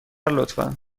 لطفا